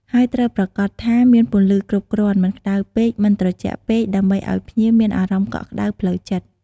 ហើយត្រូវប្រាកដថាមានពន្លឺគ្រប់គ្រាន់ មិនក្តៅពេក មិនត្រជាក់ពេក ដើម្បីឱ្យភ្ញៀវមានអារម្មណ៍កក់ក្តៅផ្លូវចិត្ត។